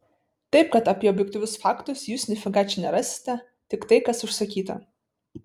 taip kad apie objektyvius faktus jūs nifiga čia nerasite tik tai kas užsakyta